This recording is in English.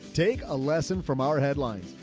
take a lesson from our headlines.